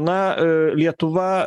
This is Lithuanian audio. na lietuva